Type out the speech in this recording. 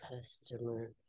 customer